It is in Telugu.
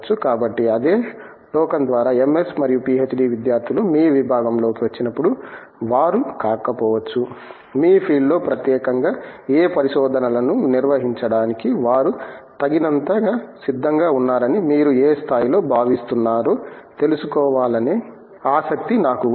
కాబట్టి అదే టోకెన్ ద్వారా ఎంఎస్ మరియు పిహెచ్డి విద్యార్థులు మీ విభాగంలోకి వచ్చినప్పుడు వారు కాకపోవచ్చు మీ ఫీల్డ్లో ప్రత్యేకంగా ఏ పరిశోధనలను నిర్వహించడానికి వారు తగినంతగా సిద్ధంగా ఉన్నారని మీరు ఏ స్థాయిలో భావిస్తున్నారో తెలుసుకోవాలనే ఆసక్తి నాకు ఉంది